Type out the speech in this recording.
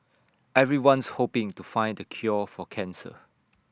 everyone's hoping to find the cure for cancer